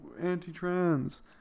anti-trans